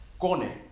Kone